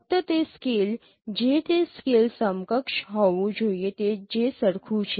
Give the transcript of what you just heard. ફક્ત તે સ્કેલ જે તે સ્કેલ સમકક્ષ હોવું જોઈએ જે સરખું છે